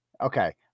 Okay